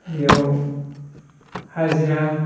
बेयाव हाजिरा